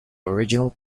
original